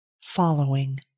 following